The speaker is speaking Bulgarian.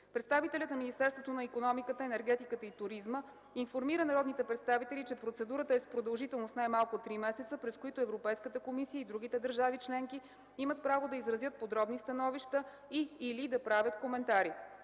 Представителят на Министерството на икономиката, енергетиката и туризма информира народните представители, че процедурата е с продължителност най-малко три месеца, през които Европейската комисия и другите държави членки имат право да изразят подробни становища и/или да правят коментари.